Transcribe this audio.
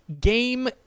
game